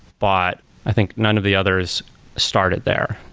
but i think none of the others started there.